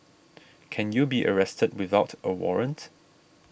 can you be arrested without a warrant